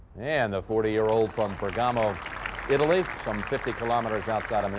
and the forty-year-old from bergamo italy some fifty kilometers outside i mean